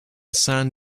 san